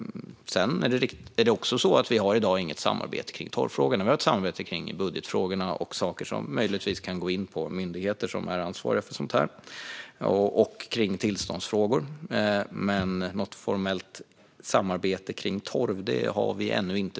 Vi har i dag inget samarbete i torvfrågan. Vi har samarbete i budgetfrågorna, om saker som möjligtvis kan gälla myndigheter som är ansvariga för sådant här och i tillståndsfrågor. Men något formellt samarbete kring torv har vi tyvärr ännu inte.